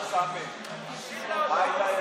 אין.